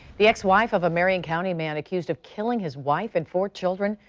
the ex-wife of a marion county man accused of killing his wife and four children.